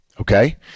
Okay